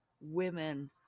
women